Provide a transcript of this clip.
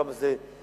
כמה שזה מוטעה.